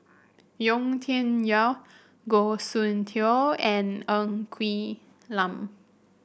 Yau Tian Yau Goh Soon Tioe and Ng Quee Lam